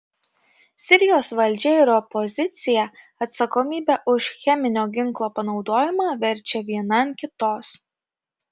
sirijos valdžia ir opozicija atsakomybę už cheminio ginklo panaudojimą verčia viena ant kitos